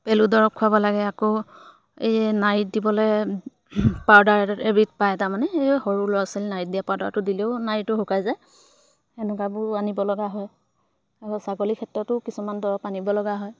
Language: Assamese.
পেলু দৰৱ খোৱাব লাগে আকৌ এই নাড়ীত দিবলৈ পাউদাৰ এবিধ পায় তাৰমানে এই সৰু ল'ৰা ছোৱালীৰ নাড়ীত দিয়া পাউদাৰটো দিলেও নাড়ীটো শুকাই যায় এনেকুৱাবোৰ আনিবলগা হয় আৰু ছাগলীৰ ক্ষেত্ৰতো কিছুমান দৰৱ আনিবলগা হয়